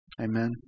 Amen